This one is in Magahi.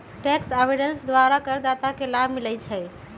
टैक्स अवॉइडेंस द्वारा करदाता के लाभ मिलइ छै